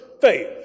faith